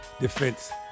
defense